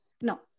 No